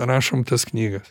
rašom tas knygas